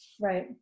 right